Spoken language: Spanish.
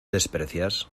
desprecias